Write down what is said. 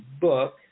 book